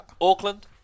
Auckland